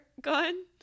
gun